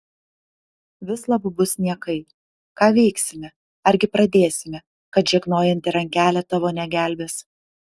vislab bus niekai ką veiksime argi pradėsime kad žegnojanti rankelė tavo negelbės